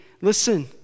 Listen